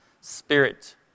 Spirit